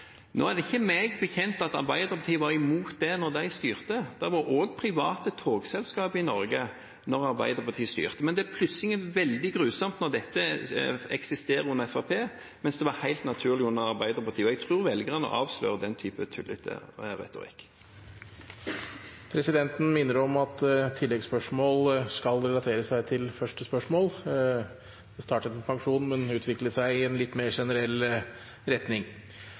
Meg bekjent var ikke Arbeiderpartiet imot det da de styrte, det var også private togselskap i Norge da Arbeiderpartiet styrte. Det er plutselig veldig grusomt når dette eksisterer under Fremskrittspartiet, mens det var helt naturlig under Arbeiderpartiet. Jeg tror velgerne avslører den type tullete retorikk. Presidenten minner om at tilleggsspørsmål skal relatere seg til første spørsmål. Det startet med pensjon, men utviklet seg i en litt mer generell retning.